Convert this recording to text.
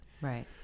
Right